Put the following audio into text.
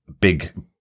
big